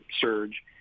surge